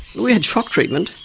we had shock treatment,